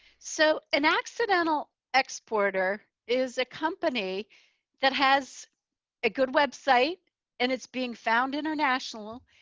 so an accidental exporter is a company that has a good website and it's being found international.